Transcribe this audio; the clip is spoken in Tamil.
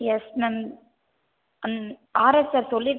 S ma'am and RS sir சொல்லிட்